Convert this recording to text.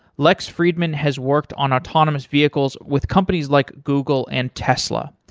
lex friedman has worked on autonomous vehicles with companies like google and tesla.